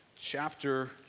chapter